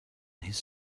his